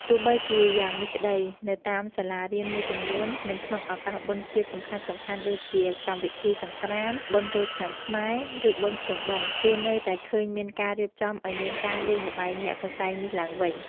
ទោះបីជាយ៉ាងនេះក្តី នៅតាមសាលារៀនមួយចំនួន និងក្នុងឱកាសបុណ្យជាតិសំខាន់ៗដូចជា កម្មវិធីសង្ក្រាន្ត បុណ្យចូលឆ្នាំខ្មែរ ឬបុណ្យភ្ជុំបិណ្ឌ គេនៅតែឃើញមានការរៀបចំឱ្យមានការលេងល្បែងលាក់កន្សែងនេះឡើងវិញ។